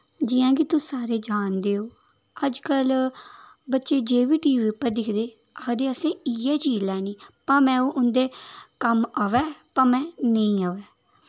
जि'यां के तुस सारे जानदे ओ अज्ज कल बच्चे जेह्ड़ा बी टी बी उप्पर दिखदे आखदे असें इ'यै चीज लैनी भामें ओह् उं'दे कम्म आवै भामें नेईं आवै